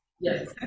Yes